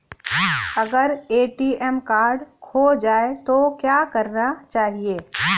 अगर ATM card खो जाए तो क्या करना चाहिए?